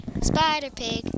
Spider-Pig